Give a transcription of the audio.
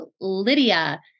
Lydia